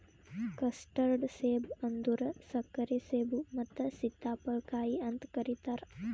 custard ಸೇಬ ಅಂದುರ್ ಸಕ್ಕರೆ ಸೇಬು ಮತ್ತ ಸೀತಾಫಲ ಕಾಯಿ ಅಂತ್ ಕರಿತಾರ್